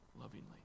lovingly